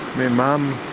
my mum,